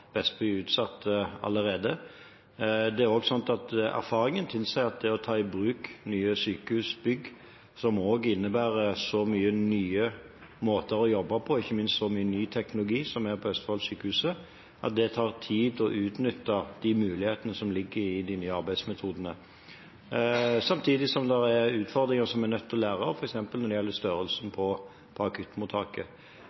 utsatt allerede. Erfaringen tilsier at når man tar i bruk nye sykehusbygg, som innebærer mange nye måter å jobbe på, ikke minst mye ny teknologi, som det er på Sykehuset Østfold, tar det tid å utnytte de mulighetene som ligger i de nye arbeidsmetodene. Samtidig er det utfordringer som vi er nødt til å lære av, f.eks. når det gjelder størrelsen